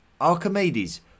Archimedes